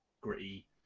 gritty